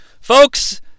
Folks